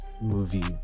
movie